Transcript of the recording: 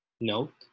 Note